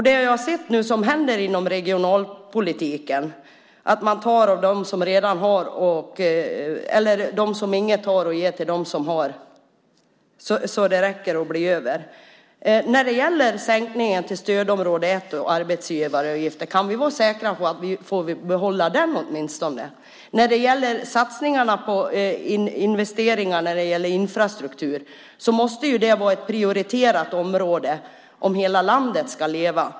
Det jag nu ser hända inom regionalpolitiken är att man tar av dem som inget har och ger till dem som har, så att det räcker och blir över. När det gäller sänkningen av arbetsgivaravgiften till stödområde 1 undrar jag: Kan vi vara säkra på att vi får behålla åtminstone den? När det gäller satsningarna på investeringar i infrastruktur måste det vara ett prioriterat område om hela landet ska leva.